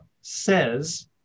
says